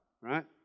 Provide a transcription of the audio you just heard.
right